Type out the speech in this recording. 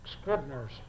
Scribner's